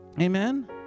Amen